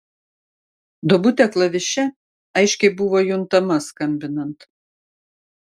duobutė klaviše aiškiai buvo juntama skambinant